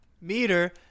meter